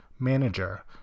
manager